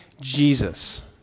Jesus